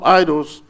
idols